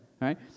right